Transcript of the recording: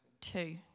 Two